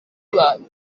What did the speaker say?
abantu